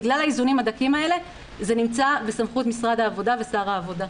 בגלל האיזונים הדקים האלה זה נמצא בסמכות משרד העבודה ושר העבודה.